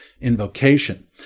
invocation